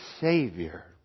Savior